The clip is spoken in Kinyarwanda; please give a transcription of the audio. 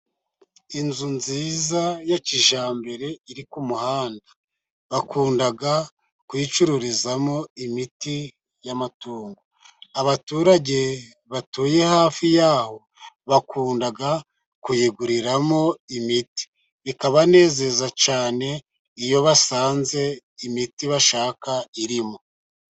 Inzu nziza ya kijyambere iri ku muhanda, bakunda kuyicururizamo imiti y'amatungo, abaturage batuye hafi yaho bakunda kuyiguriramo imiti, bikabanezeza cyane iyo basanze imiti bashaka irimo.